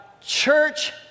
church